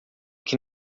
que